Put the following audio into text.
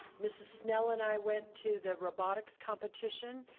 mrs. snell and i went to the robotics competition.